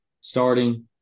starting